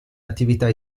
attività